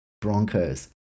Broncos